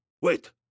Wait